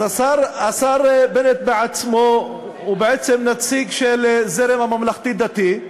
אז השר בנט עצמו הוא בעצם הנציג של הזרם הממלכתי-דתי,